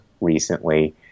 recently